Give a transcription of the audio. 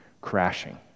crashing